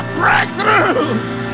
breakthroughs